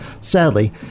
Sadly